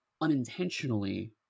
unintentionally